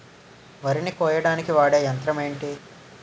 వరి ని కోయడానికి వాడే యంత్రం ఏంటి?